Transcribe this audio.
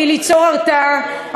תראו,